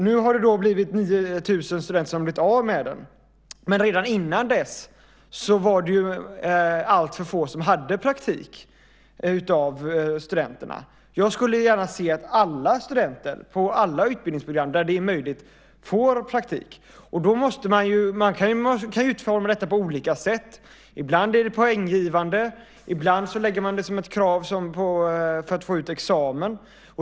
Nu har 9 000 studenter blivit av med den, men redan innan dess var det alltför få av studenterna som hade praktik. Jag skulle gärna se att alla studenter på alla utbildningsprogram där så är möjligt får praktik. Man kan utforma detta på olika sätt. Ibland är det poänggivande; ibland lägger man det som ett krav för att få ut examen.